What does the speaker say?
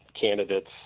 candidates